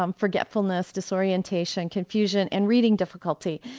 um forgetfulness, disorientation, confusion and reading difficulty.